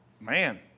Man